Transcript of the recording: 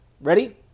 Ready